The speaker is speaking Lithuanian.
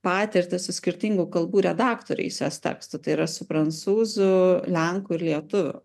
patirtį su skirtingų kalbų redaktoriais jos tekstų tai yra su prancūzų lenkų ir lietuvių